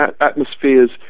atmospheres